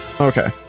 Okay